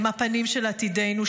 הם הפנים של עתידנו,